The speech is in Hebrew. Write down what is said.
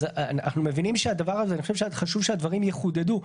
אני חושב שחשוב שהדברים יחודדו,